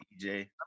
ej